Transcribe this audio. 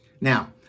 Now